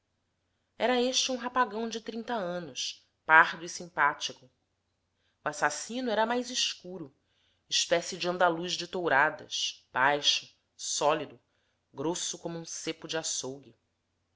era este um rapagão de trinta anos pardo e simpático o assassino era mais escuro espécie de andaluz de touradas baixo sólido grosso como um cepo de